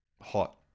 Hot